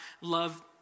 Love